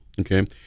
Okay